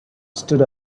stood